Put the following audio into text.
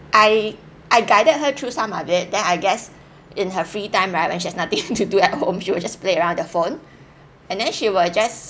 I I guided her through some of it then I guess in her free time right when she has nothing to do at home you will just play around the phone and then she will just